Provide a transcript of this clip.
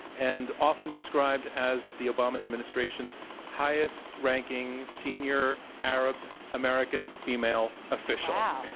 and often described as the obama administration's highest ranking senior arab-american female official. wow.